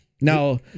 Now